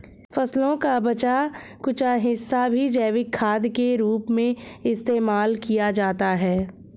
फसलों का बचा कूचा हिस्सा भी जैविक खाद के रूप में इस्तेमाल किया जाता है